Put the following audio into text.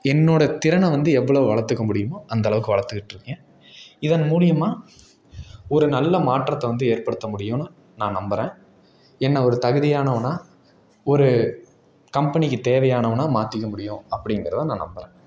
என்னோடய திறனை வந்து எவ்வளோ வளர்த்துக்க முடியுமோ அந்தளவுக்கு வளர்த்துக்கிட்ருக்கேன் இதன் மூலயமா ஒரு நல்ல மாற்றத்தை வந்து ஏற்படுத்த முடியும்னு நான் நம்பறேன் என்ன ஒரு தகுதியானவனாக ஒரு கம்பெனிக்கு தேவையானவனாக மாற்றிக்க முடியும் அப்படிங்கிறத நான் நம்பறேன்